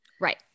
Right